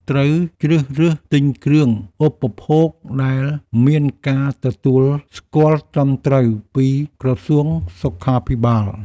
ត្រូវជ្រើសរើសទិញគ្រឿងឧបភោគដែលមានការទទួលស្គាល់ត្រឹមត្រូវពីក្រសួងសុខាភិបាល។